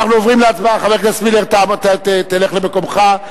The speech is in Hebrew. חבר הכנסת מילר, לך למקומך.